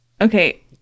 Okay